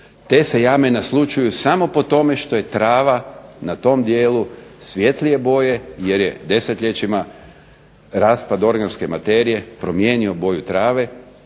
Te se jame naslućuju samo po tome što je trava na tom dijelu svjetlije boje jer je desetljećima raspad organske materije promijenio boju trave